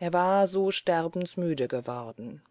er war so sterbensmüde geworden